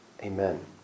Amen